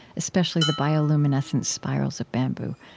especially the bioluminescent spirals of bamboo.